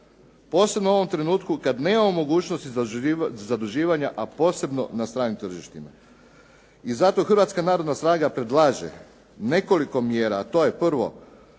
posebno u ovom trenutku kad nemamo mogućnosti za zaduživanja a posebno na stranim tržištima. I zato Hrvatska narodna stranka predlaže nekoliko mjera a to je prvo